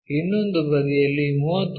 ಇನ್ನೊಂದು ಬದಿಯಲ್ಲಿ 30 ಮಿ